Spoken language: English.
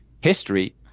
history